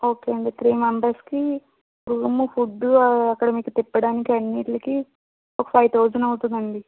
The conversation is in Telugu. ఓకే అండి త్రీ మెంబర్స్కి రూము ఫుడ్ అక్కడ మీకు తిప్పడానికి అన్నిటికీ ఒక ఫైవ్ థౌజండ్ అవుతుందండి